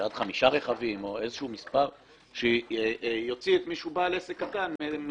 שעד חמישה רכבים או איזשהו מספר - שיוציא את מי שהוא בעל עסק קטן מחובות